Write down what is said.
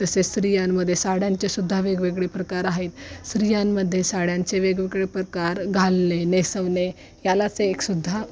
तसेच स्त्रियांमध्ये साड्यांचेसुद्धा वेगवेगळे प्रकार आहेत स्त्रियांमध्ये साड्यांचे वेगवेगळे प्रकार घालणे नेसवणे यालाच एकसुद्धा